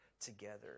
together